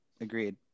agreed